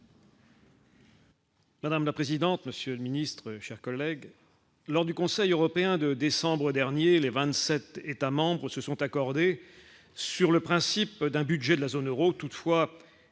Madame la présidente, monsieur le ministre, chers collègues, lors du Conseil européen de décembre dernier, les 27 États membres se sont accordés sur le principe d'un budget de la zone Euro toutefois